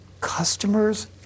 customers